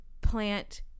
plant